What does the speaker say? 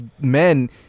men